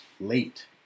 late